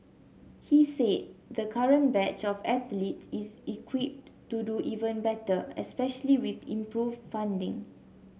he said the current batch of athletes is equipped to do even better especially with improved funding